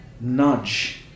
nudge